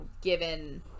given